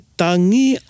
tangi